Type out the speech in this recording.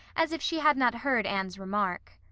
as if she had not heard anne's remark.